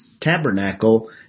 tabernacle